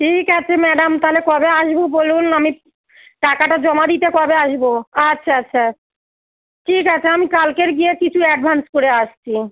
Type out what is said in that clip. ঠিক আছে ম্যাডাম তাহলে কবে আসবো বলুন আমি টাকাটা জমা দিতে কবে আসবো আচ্ছা আচ্ছা ঠিক আছে আমি কালকের গিয়ে কিছু অ্যাডভান্স করে আসছি